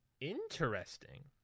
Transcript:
Interesting